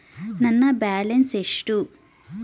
ನನ್ನ ಬ್ಯಾಲೆನ್ಸ್ ಎಷ್ಟು?